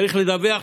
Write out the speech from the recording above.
צריך לדווח,